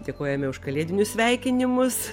dėkojame už kalėdinius sveikinimus